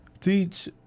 teach